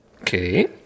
Okay